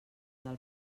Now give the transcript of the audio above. del